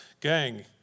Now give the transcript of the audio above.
Gang